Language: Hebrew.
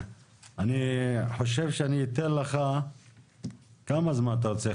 אני חושב שאני אתן לך כמה זמן אתה רוצה?